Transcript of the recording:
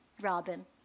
Robin